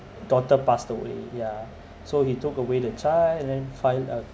daughter passed away ya so he took away the child and then file a